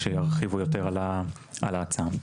שירחיבו יותר על ההצעה.